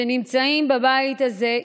שנמצאים בבית הזה,